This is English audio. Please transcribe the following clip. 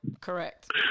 Correct